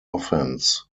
offence